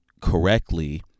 correctly